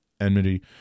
enmity